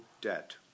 debt